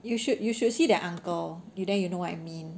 you should you should see the uncle then you know what I mean